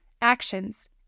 Actions